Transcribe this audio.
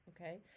okay